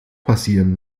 passieren